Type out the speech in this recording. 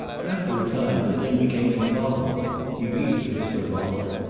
after a time the thing became intolerable. he reached for his revolver,